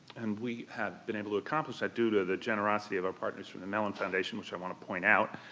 and we have been able to accomplish that due to the generosity of our partners from the mellon foundation, which i want to point out,